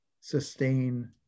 sustain